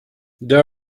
there